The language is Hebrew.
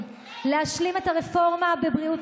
נגד איתן